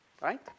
right